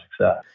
success